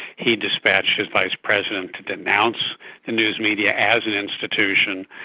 he dispatched his vice president to denounce the news media as an institution.